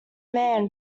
man